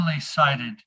cited